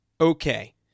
Okay